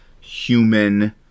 human